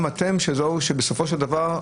בסופו של דבר,